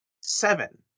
Seven